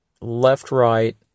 left-right